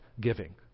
giving